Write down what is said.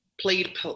played